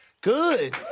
Good